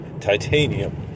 titanium